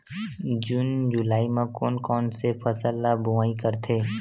जून जुलाई म कोन कौन से फसल ल बोआई करथे?